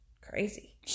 crazy